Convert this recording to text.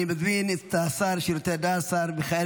אני מזמין את השר לשירותי דת השר מיכאל